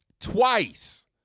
Twice